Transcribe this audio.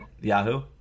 Yahoo